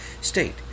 state